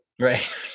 Right